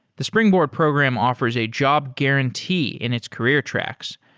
the springboard program offers a job guarantee in its career tracks,